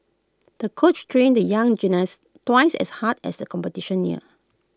the coach trained the young gymnast twice as hard as the competition neared